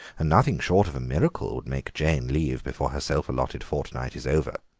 and nothing short of a miracle would make jane leave before her self-allotted fortnight is over.